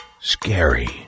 scary